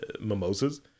mimosas